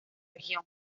región